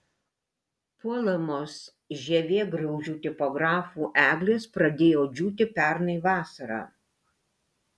puolamos žievėgraužių tipografų eglės pradėjo džiūti pernai vasarą